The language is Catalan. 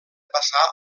passar